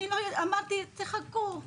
אני אמרתי להן לחכות,